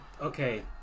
okay